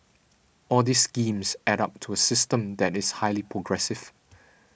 all these schemes add up to a system that is highly progressive